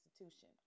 institution